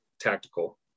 tactical